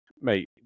mate